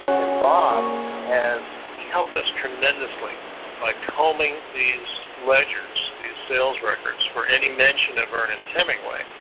and bob has he helped us tremendously by combing these ledgers, these sales records for any mention of ernest hemingway.